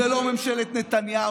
זו לא ממשלת נתניהו.